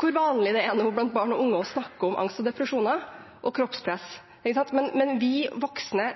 hvor vanlig det nå er blant barn og unge å snakke om angst og depresjoner og kroppspress. Men vi voksne